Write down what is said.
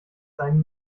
seinen